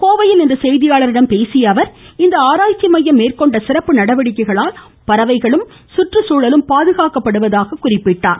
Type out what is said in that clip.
கோவையில் இன்று செய்தியாளர்களிடம் பேசிய அவர் இந்த ஆராய்ச்சி மையம் மேற்கொண்ட சிறப்பு நடவடிக்கைகளால் பறவைகளும் சுற்றுச்சூழலும் பாதுகாக்கப்படுவதாக குறிப்பிட்டார்